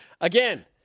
Again